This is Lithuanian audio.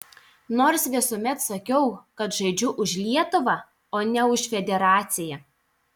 nors visuomet sakiau kad žaidžiu už lietuvą o ne už federaciją